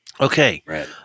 okay